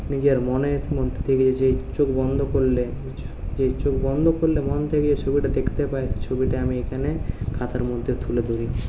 নিজের মনের মধ্যে থেকে যে চোখ বন্ধ করলে যে চোখ বন্ধ করলে মন থেকে ছবিটা দেখতে পাই ছবিটা আমি এখানে খাতার মধ্যে তুলে ধরি